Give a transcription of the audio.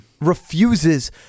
refuses